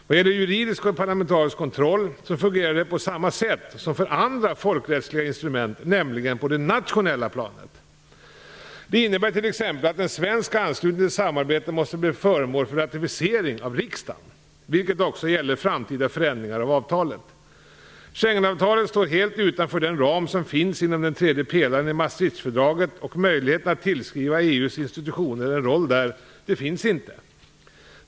Vad gäller juridisk och parlamentarisk kontroll fungerar det på samma sätt som för andra folkrättsliga instrument, nämligen på det nationella planet. Det innebär t.ex. att en svensk anslutning till samarbete måste bli föremål för ratificering av riksdagen, vilket också gäller framtida förändringar av avtalet. Schengenavtalet står helt utanför den ram som finns inom den tredje pelaren i Maastrichtfördraget, och möjligheterna att tillskriva EU:s institutioner en roll finns därför inte.